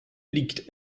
liegt